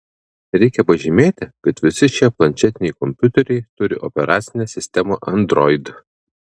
reikia pažymėti kad visi šie planšetiniai kompiuteriai turi operacinę sistemą android